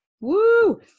Woo